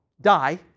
die